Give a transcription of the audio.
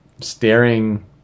staring